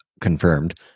confirmed